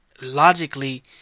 logically